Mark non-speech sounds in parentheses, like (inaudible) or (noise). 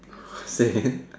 (breath) same